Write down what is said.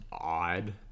Odd